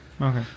Okay